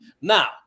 now